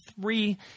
three